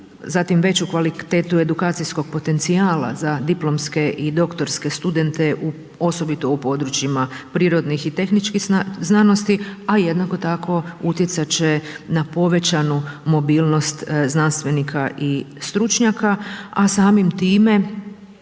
veću kvalitetu edukacijskog potencijala za diplomske i doktorske studente osobito u područjima prirodnih i tehničkih znanosti a jednako tako utjecati će na povećanu mobilnost znanstvenika i stručnjaka a samim time